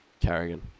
Carrigan